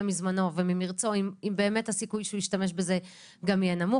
מזמנו וממרצו אם באמת הסיכוי שישתמש בזה יהיה נמוך,